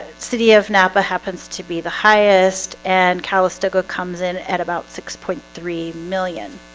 city of napa happens to be the highest and calistoga comes in at about six point three million